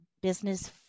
business